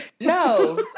No